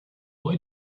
why